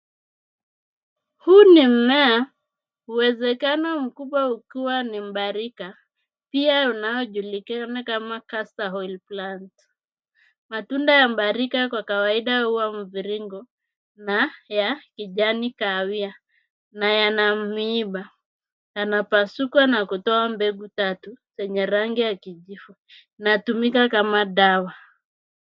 Huuu ni mmea uwezekano mkubwa ni mbarika pia unaojulikana kama caster oil plant .Matunda ya mbarika kwa kawaida huwa mvirigo na ya kijani kahawia na yanamiiba yanapasuka na kutoa mbegu tatu zenye rangi ya kijivu inayotumika kama dawa.